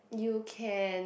you can